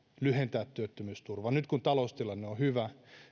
lyhentää työttömyysturvaa nyt kun taloustilanne on hyvä